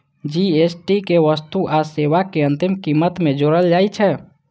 GST कें वस्तु आ सेवाक अंतिम कीमत मे जोड़ल जाइ छै